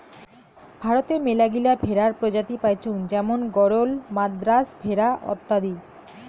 ভারতে মেলাগিলা ভেড়ার প্রজাতি পাইচুঙ যেমন গরল, মাদ্রাজ ভেড়া অত্যাদি